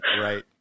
Right